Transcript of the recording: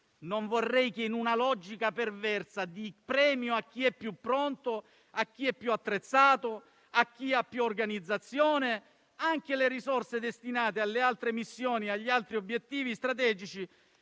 non vorrei che, in una logica perversa di premio a chi è più pronto, a chi è più attrezzato, a chi ha più organizzazione, anche le risorse destinate alle altre missioni e agli altri obiettivi strategici